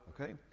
okay